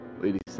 Lady